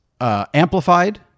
Amplified